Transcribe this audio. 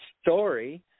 story